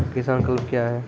किसान क्लब क्या हैं?